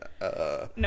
No